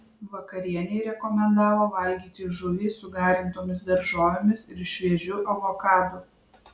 vakarienei rekomendavo valgyti žuvį su garintomis daržovėmis ir šviežiu avokadu